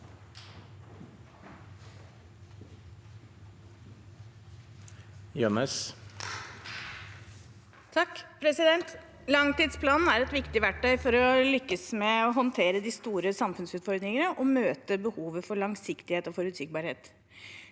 (H) Langtidsplanen er et viktig verktøy for å lykkes med å håndtere de store samfunnsutfordringene og møte behovet for langsiktighet og forutsigbarhet.